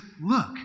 look